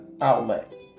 outlet